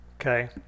Okay